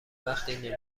وقتی